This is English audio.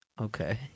okay